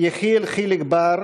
יחיאל חיליק בר,